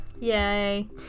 Yay